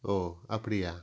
ஓ அப்படியா